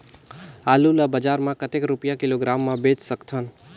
आलू ला बजार मां कतेक रुपिया किलोग्राम म बेच सकथन?